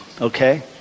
okay